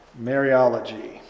Mariology